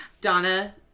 Donna